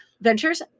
ventures